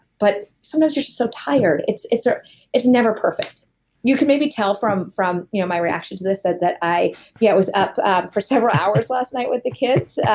but sometimes you're just so tired. it's it's ah it's never perfect you could maybe tell from from you know my reaction to this that that i yeah was up for several hours last night with the kids.